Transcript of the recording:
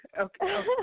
Okay